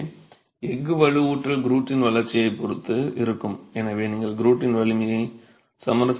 எனவே எஃகு வலுவூட்டல் க்ரூட்டின் வளர்ச்சியைப் பொறுத்து இருக்கும் எனவே நீங்கள் க்ரூட்டின் வலிமையை சமரசம் செய்ய முடியாது